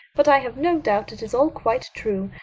but i have no doubt it is all quite true.